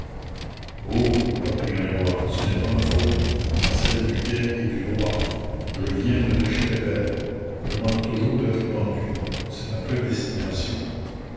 oh repartit gringoire ce n'est pas ma faute mais celle du guet et du roi je viens de l'échapper belle je manque toujours d'être pendu c'est ma prédestination